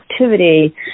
activity